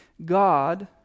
God